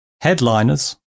Headliners